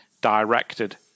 directed